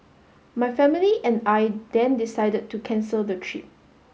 my family and I then decided to cancel the trip